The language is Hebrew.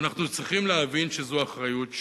אנחנו צריכים להבין שזו אחריות שלנו,